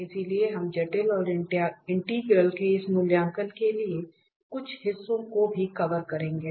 इसलिए हम जटिल और इंटीग्रल के इस मूल्यांकन के लिए कुछ हिस्सों को भी कवर करेंगे